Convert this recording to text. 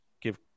give